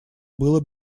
было